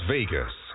Vegas